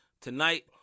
tonight